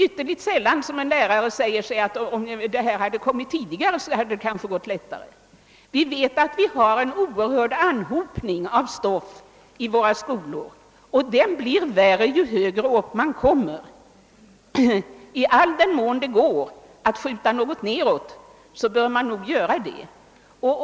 Ytterligt sällan säger en lärare, att om detta moment kommit tidigare, så hade det kanske gått lättaer. Vi vet att vi har en oerhörd anhopning av lärostoff i våra skolor och att denna anhopning blir större ju högre upp i klasserna man kommer. I all den utsträckning det går att skjuta något nedåt, så bör man göra det.